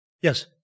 Yes